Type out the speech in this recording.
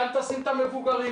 כאן תשים את המבוגרים.